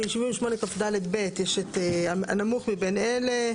יש את הנמוך מבין אלה,